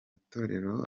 itorero